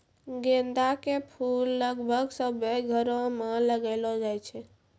गेंदा के फूल लगभग सभ्भे घरो मे लगैलो जाय छै